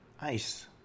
ice